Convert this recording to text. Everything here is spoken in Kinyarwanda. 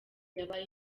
yabaye